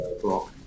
block